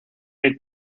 had